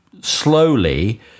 slowly